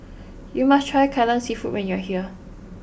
you must try Kai Lan Seafood when you are here